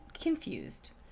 confused